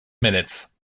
minutes